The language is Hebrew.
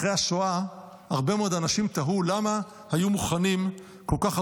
אחרי השואה הרבה מאוד אנשים תהו למה כל כך הרבה